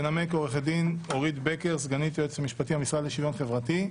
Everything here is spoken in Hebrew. הקדמת הדיון בשלוש קריאות.